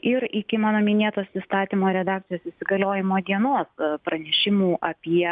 ir iki mano minėtos įstatymo redakcijos įsigaliojimo dienos pranešimų apie